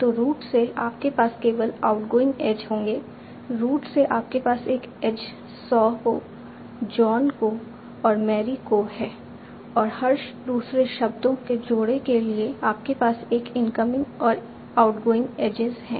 तो रूट से आपके पास केवल आउटगोइंग एज होंगे रूट से आपके पास एक एज सॉ को जॉन को और मैरी को है और हर दूसरे शब्दों के जोड़े के लिए आपके पास एक इनकमिंग और आउटगोइंग एजेज हैं